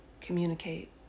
Communicate